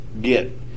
Get